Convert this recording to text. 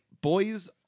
boys